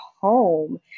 home